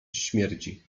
śmierci